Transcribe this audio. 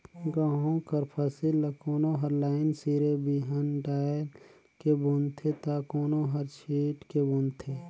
गहूँ कर फसिल ल कोनो हर लाईन सिरे बीहन डाएल के बूनथे ता कोनो हर छींट के बूनथे